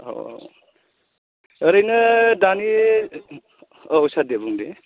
औ औ ओरैनो दानि औ सार दे बुं दे